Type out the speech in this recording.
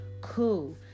Cool